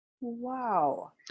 Wow